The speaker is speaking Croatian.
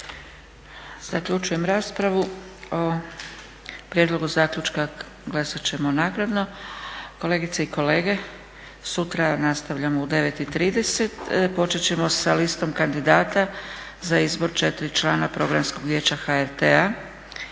Zaključujem raspravu. O prijedlogu zaključka glasat ćemo naknadno. Kolegice i kolege sutra nastavljamo u 9,30 sati. Počet ćemo sa listom kandidata za izbor četiri člana Programskog vijeća HRT-a.